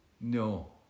No